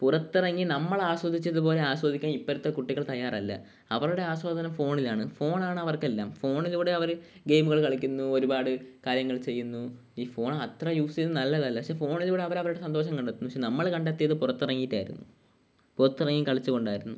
പുറത്തിറങ്ങി നമ്മൾ ആസ്വദിച്ചത് പോലെ ആസ്വദിക്കാൻ ഇപ്പോഴത്തെ കുട്ടികൾ തയ്യാറല്ല അവരുടെ ആസ്വാദനം ഫോണിലാണ് ഫോൺ ആണ് അവർക്ക് എല്ലാം ഫോണിലൂടെ അവർ ഗെയിമുകൾ കളിക്കുന്നു ഒരുപാട് കാര്യങ്ങൾ ചെയ്യുന്നു ഈ ഫോൺ അത്ര യൂസ് ചെയ്യുന്നത് നല്ലതല്ല പക്ഷെ ഫോണിലൂടെ അവർ അവരുടെ സന്തോഷം കണ്ടെത്തുന്നു പക്ഷെ നമ്മൾ കണ്ടെത്തിയത് പുറത്തിറങ്ങിയിട്ടായിരുന്നു പുറത്തിറങ്ങി കളിച്ച് കൊണ്ടായിരുന്നു